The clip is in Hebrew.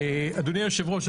אדוני היושב-ראש,